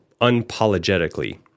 unapologetically